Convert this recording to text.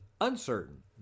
Uncertain